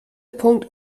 punkt